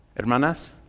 Hermanas